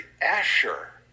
Asher